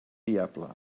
viable